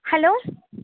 hello